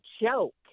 joke